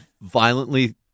violently